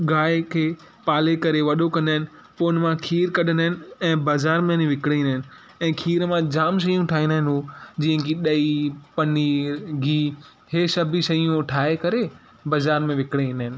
गांइ खे पाले करे वॾो कंदा आहिनि पोइ उन मां खीर कढंदा आहिनि ऐं बाज़ारि में विकिणे ईंदा आहिनि ऐं खीर मां जाम शयूं ठाहींदा आहिनि हो जीअं की ॾई पनीर ॻीहु हे सभु बि शयूं ठाहे करे बाज़ारि में विकिणे ईंदा आहिनि